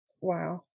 wow